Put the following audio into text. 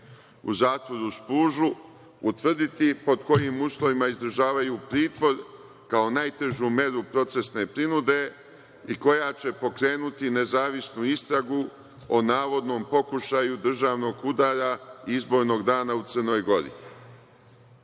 u zatvoru Spuž i utvrditi pod kojim uslovima izdržavaju pritvor kao najtežu meru procesne prinude i koja će pokrenuti nezavisnu istragu o navodnom pokušaju državnog udara izbornog dana u Crnoj